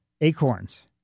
acorns